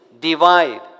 divide